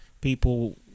people